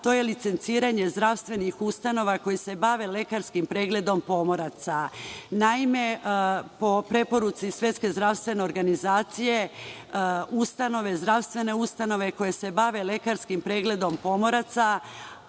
to je licenciranje zdravstvenih ustanova koje se bave lekarskim pregledom pomoraca. Naime, po preporuci SZO, zdravstvene ustanove koje se bave lekarskim pregledom pomoraca,